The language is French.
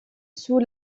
sous